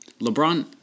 LeBron